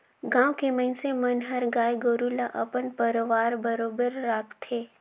गाँव के मइनसे मन हर गाय गोरु ल अपन परवार बरोबर राखथे